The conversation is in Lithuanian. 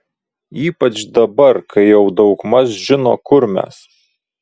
ypač dabar kai jau daugmaž žino kur mes